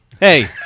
Hey